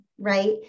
right